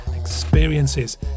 experiences